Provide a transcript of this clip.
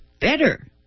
better